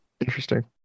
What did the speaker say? Interesting